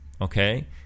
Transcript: okay